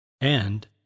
and